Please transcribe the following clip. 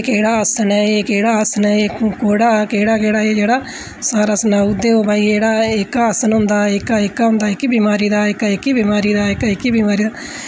इक एह्ड़ा आसन ऐ एह्कड़ा आसन ऐ केह्ड़ केह्डा वैसे सारा सनाऊंड़दे ओह् एह्कड़ा आसन ऐ एह्की बमारी दा एह्की बमारी दा एह्की बमारी दा